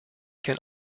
can